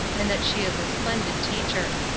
and that she is a splendid teacher.